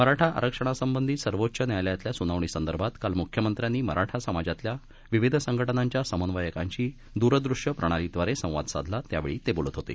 मराठा आरक्षणासंबंधी सर्वोच्च न्यायालयातल्या सुनावणीसंदर्भात काल मुख्यमंत्र्यांनी मराठा समाजातल्या विविध संघटनांच्या समन्वयकांशी दूरदृश्य प्रणालीद्वारे संवाद साधला त्यावेळी ते बोलत होते